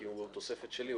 כי הוא התוספת שלי,